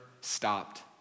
stopped